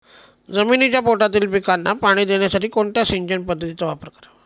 जमिनीच्या पोटातील पिकांना पाणी देण्यासाठी कोणत्या सिंचन पद्धतीचा वापर करावा?